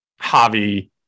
Javi